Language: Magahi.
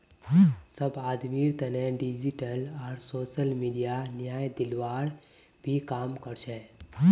सब आदमीर तने डिजिटल आर सोसल मीडिया न्याय दिलवार भी काम कर छे